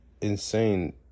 insane